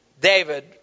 David